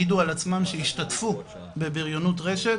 העידו על עצמם שהשתתפו בבריונות רשת,